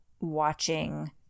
watching